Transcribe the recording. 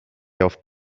off